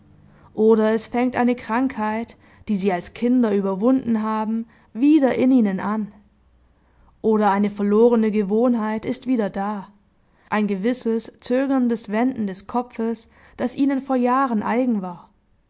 oder es fängt eine krankheit die sie als kinder überwunden haben wieder in ihnen an oder eine verlorene gewohnheit ist wieder da ein gewisses zögerndes wenden des kopfes das ihnen vor jahren eigen war